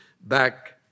back